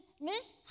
Miss